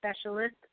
specialist